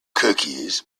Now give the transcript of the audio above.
cookies